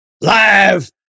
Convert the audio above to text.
live